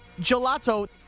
Gelato